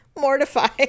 mortified